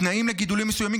התנאים לגידולים מסוימים,